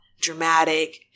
dramatic